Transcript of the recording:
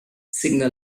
signal